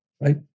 right